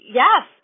yes